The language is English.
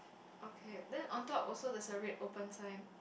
okay then on top also there's a red open sign